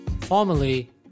formally